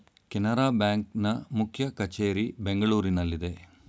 Canara Bank ನ ಮುಖ್ಯ ಕಚೇರಿ ಬೆಂಗಳೂರಿನಲ್ಲಿದೆ